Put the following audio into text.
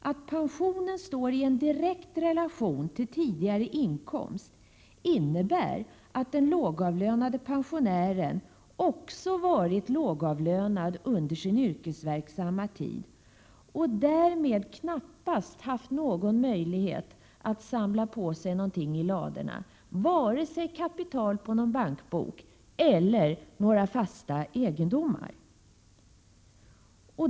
Att pensionen står i en direkt relation till tidigare inkomst innebär att den lågavlönade pensionären också varit lågavlönad under sin yrkesverksamma tid och därmed knappast haft någon möjlighet att samla på sig något i ladorna, vare sig kapital på någon bankbok eller några fasta egendomar.